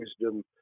wisdom